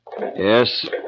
Yes